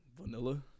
vanilla